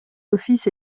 offices